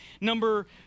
Number